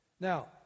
Now